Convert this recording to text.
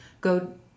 go